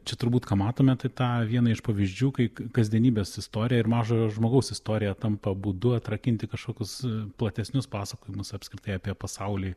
čia turbūt ką matome tai tą vieną iš pavyzdžių kai kasdienybės istorija ir mažojo žmogaus istorija tampa būdu atrakinti kažkokius platesnius pasakojimus apskritai apie pasaulį